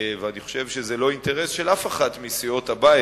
ואני חושב שזה לא אינטרס של אף אחת מסיעות הבית,